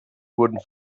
wurden